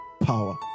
power